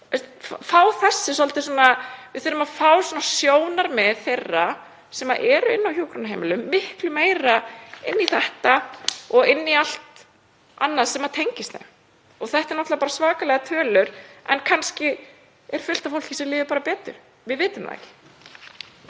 eða vont? Við þurfum að fá sjónarmið þeirra sem eru á hjúkrunarheimilunum miklu meira inn í þetta og inn í allt annað sem tengist þeim. Þetta eru náttúrlega svakalegar tölur en kannski er fullt af fólki sem líður bara betur. Við vitum það ekki.